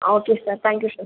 okay sir thank you sir